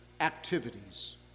activities